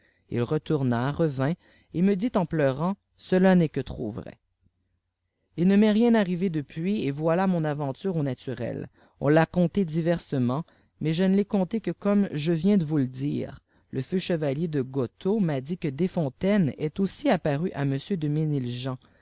îl retourna revint j et me dit en pleurant cela n'est que trop vrai il ne m'est rien arrivé dcpnis et voïik tiiou aventure au naturelon ta contée diverse tient iviais je ne tai contée que comme je viens de voué le dire le feu chevatior de g'otot m'a dît que desfontaines est aussf apparu à im deménil jca